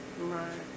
Right